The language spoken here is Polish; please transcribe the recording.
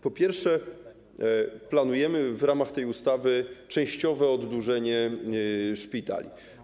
Po pierwsze, planujemy w ramach tej ustawy częściowe oddłużenie szpitali.